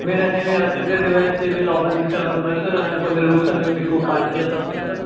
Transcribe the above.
మీరు అనేది electrical devices ఏవీ లోపలికి తీసుకెళ్ళడానికి ఉండదు సార్ ఇలాంటివి కొన్ని రూల్స్ అనేవి మీకు పాటించాల్సి వస్తుంది సార్